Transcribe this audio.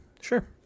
Sure